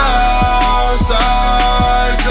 outside